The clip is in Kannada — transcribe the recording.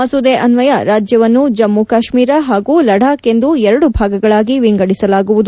ಮಸೂದೆ ಅನ್ವಯ ರಾಜ್ಯವನ್ನು ಜಮ್ಮು ಕಾಶ್ಟೀರ ಹಾಗೂ ಲಡಾಖ್ ಎಂದು ಎರಡು ಭಾಗಗಳಾಗಿ ವಿಂಗಡಿಸಲಾಗುವುದು